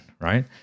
right